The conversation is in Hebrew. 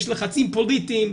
יש לחצים פוליטיים,